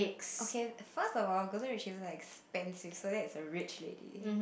okay first about cause she looks like stand in so is a rich lady